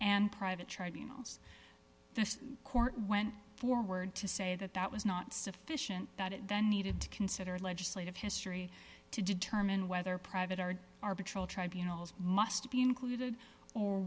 and private tribunals the court went forward to say that that was not sufficient that it then needed to consider legislative history to determine whether private are arbitrary tribunals must be included or